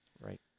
Right